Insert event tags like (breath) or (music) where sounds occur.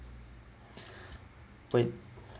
(breath) wait